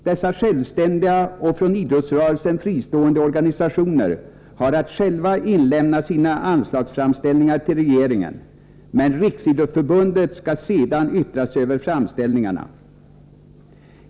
Dessa självständiga och från idrottsrörelsen fristående organisationer har att själva inlämna sina anslagsframställningar till regeringen, men Riksidrottsförbundet skall sedan yttra sig över framställningarna.